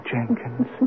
Jenkins